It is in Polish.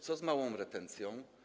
Co z małą retencją?